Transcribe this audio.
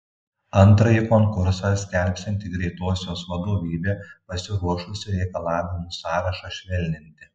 antrąjį konkursą skelbsianti greitosios vadovybė pasiruošusi reikalavimų sąrašą švelninti